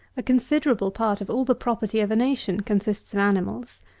a considerable part of all the property of a nation consists of animals.